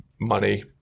money